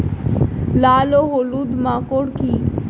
লাল ও হলুদ মাকর কী?